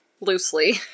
loosely